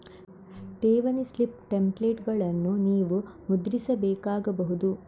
ಠೇವಣಿ ಸ್ಲಿಪ್ ಟೆಂಪ್ಲೇಟುಗಳನ್ನು ನೀವು ಮುದ್ರಿಸಬೇಕಾಗಬಹುದು